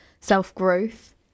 self-growth